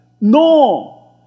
No